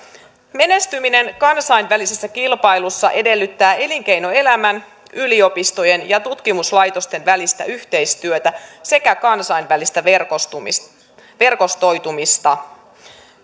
menestyminen kansainvälisessä kilpailussa edellyttää elinkeinoelämän yliopistojen ja tutkimuslaitosten välistä yhteistyötä sekä kansainvälistä verkostoitumista verkostoitumista